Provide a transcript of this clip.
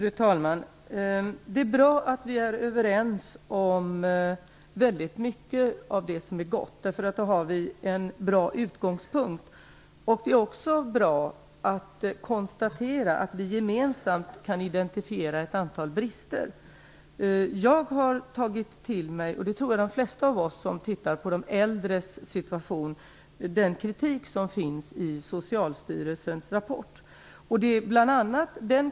Fru talman! Det är bra att vi är överens om mycket av det som är gott. Då har vi en bra utgångspunkt. Det är också bra att konstatera att vi gemensamt kan identifiera ett antal brister. Jag har tagit till mig den kritik som finns i Socialstyrelsens rapport. Det tror jag de flesta har gjort av oss som tittar på de äldres situation.